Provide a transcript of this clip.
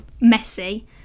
messy